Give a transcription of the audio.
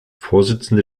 vorsitzende